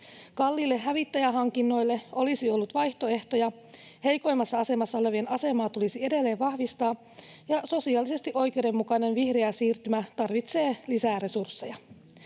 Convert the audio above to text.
Kalliille hävittäjähankinnoille olisi ollut vaihtoehtoja, heikoimmassa asemassa olevien asemaa tulisi edelleen vahvistaa, ja sosiaalisesti oikeudenmukainen vihreä siirtymä tarvitsee lisää resursseja.